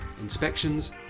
inspections